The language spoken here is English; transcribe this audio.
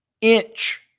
inch